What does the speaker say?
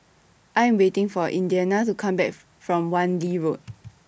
I Am waiting For Indiana to Come Back from Wan Lee Road